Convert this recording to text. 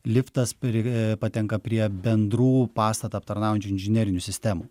liftas peri patenka prie bendrų pastatą aptarnaujančių inžinerinių sistemų